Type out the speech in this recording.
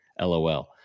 LOL